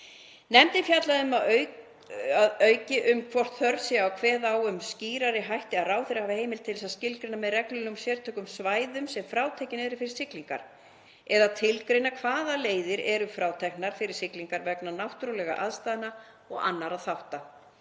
Nefndin fjallaði að auki um hvort þörf sé á að kveða á um það með skýrari hætti að ráðherra hafi heimild til að skilgreina með reglugerð sérstök svæði sem frátekin eru fyrir siglingar, eða tilgreina hvaða leiðir eru fráteknar fyrir siglingar vegna náttúrulegra aðstæðna eða annarra þátta.